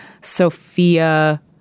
Sophia